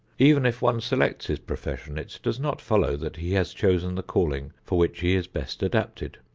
even if one selects his profession it does not follow that he has chosen the calling for which he is best adapted.